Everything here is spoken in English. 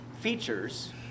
features